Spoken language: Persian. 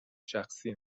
شخصی